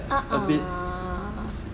a'ah